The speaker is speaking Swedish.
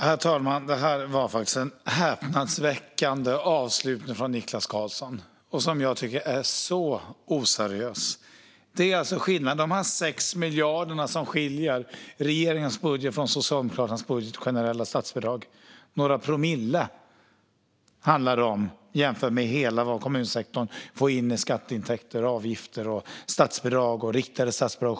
Herr talman! Det var faktiskt en häpnadsväckande avslutning från Niklas Karlsson som jag tycker är oseriös. Dessa 6 miljarder i generella statsbidrag som skiljer regeringens budget från Socialdemokraternas budget handlar om några promille jämfört med helheten som kommunsektorn får in i skatteintäkter och avgifter och riktade och generella statsbidrag.